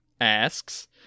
asks